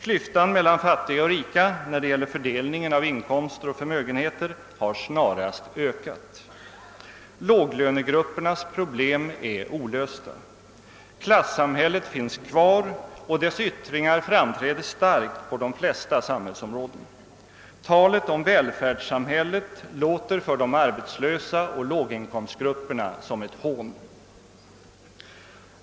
Klyftan mellan fattiga och rika när det gäller fördelningen av inkomster och förmögenheter har snarast ökat. Låglönegruppernas problem är olösta. Klassamhället finns kvar, och dess yttringar framträder starkt på de flesta samhällsområden. Talet om välfärdssamhället låter för de arbetslösa och låginkomstgrupperna som ett hån.